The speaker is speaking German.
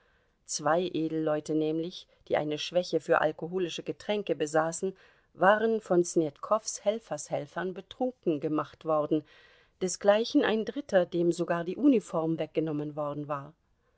zwei edelleute nämlich die eine schwäche für alkoholische getränke besaßen waren von snetkows helfershelfern betrunken gemacht worden desgleichen ein dritter dem sogar die uniform weggenommen worden war